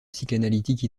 psychanalytique